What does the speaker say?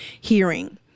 hearing